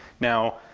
now,